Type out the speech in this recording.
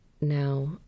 Now